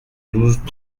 douze